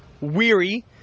weary